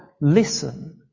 listen